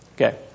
Okay